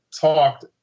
talked